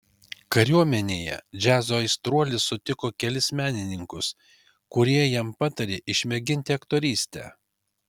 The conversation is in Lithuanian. kariuomenėje džiazo aistruolis sutiko kelis menininkus kurie jam patarė išmėginti aktorystę